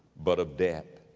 but of debt.